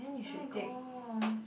oh my gosh